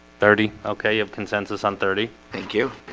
thirty okay of consensus on thirty. thank you